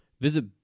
Visit